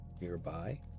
nearby